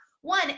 One